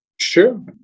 Sure